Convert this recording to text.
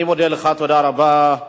תודה רבה.